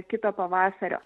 kito pavasario